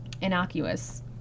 innocuous